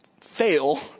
fail